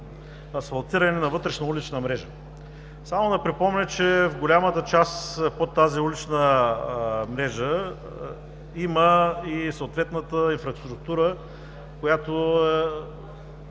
асфалтиране на вътрешноулична мрежа. Само да припомня, че в голямата част под тази улична мрежа има и съответната инфраструктура, която